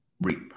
reap